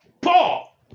Paul